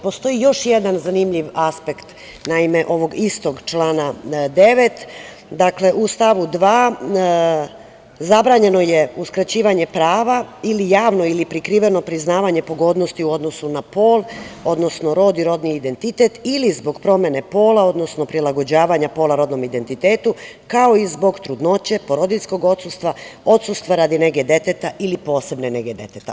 Postoji još jedan zanimljiv aspekt ovog istog člana 9. Dakle, u stavu 2. zabranjeno je uskraćivanje prava ili javno ili prikriveno priznavanje pogodnosti u odnosu na pol, odnosno rod i rodni identitet ili zbog promene pola, odnosno prilagođavanja pola rodnom identitetu, kao i zbog trudnoće, porodiljskog odsustva, odsustva radi nege deteta ili posebne nege deteta.